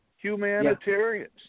Humanitarians